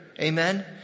Amen